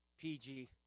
PG